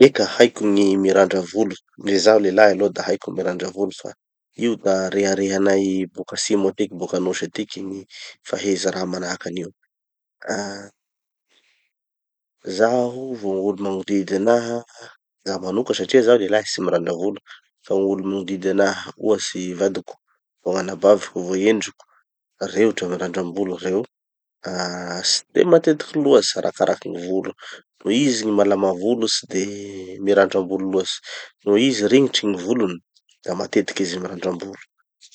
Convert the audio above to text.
Eka haiko gny mirandra volo. Ndre zaho lelahy aloha da haiko gny mirandra volo fa io da reharehanay boka atsimo atiky boka anosy atiky gny faheza raha manahaky anio. Ah zaho vo gn'olo magnodidy anaha, zaho manoka satria zaho lelahy tsy mirandra volo, fa gn'olo magnodidy anaha, ohatsy i vadiko vo gn'anabaviko vo i endriko, reo dra mirandram-bolo reo. Ah tsy de matetiky loatsy arakaraky gny volo. No izy gny malama volo tsy de mirandra volo loatsy, no izy ringitsy gny volony da matetiky izy mirandram-bolo.